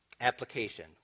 Application